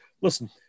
Listen